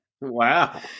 Wow